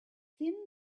thin